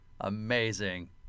Amazing